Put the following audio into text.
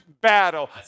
battle